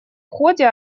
ходе